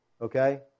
Okay